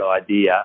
idea